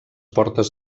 portes